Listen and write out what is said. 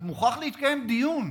מוכרח להתקיים דיון.